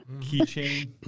Keychain